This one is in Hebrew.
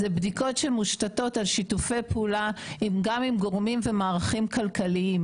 אלה בדיקות שמושתתות על שיתופי פעולה גם עם גורמים ומערכים כלכליים,